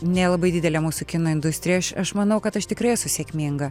nelabai didelė mūsų kino industrija aš aš manau kad aš tikrai esu sėkminga